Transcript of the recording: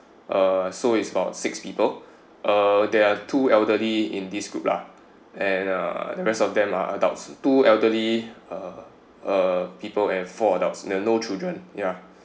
uh so it's about six people uh there are two elderly in this group lah and uh the rest of them are adults two elderly uh uh people and four adults and no children ya